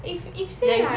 if if say like